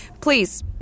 Please